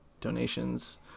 donations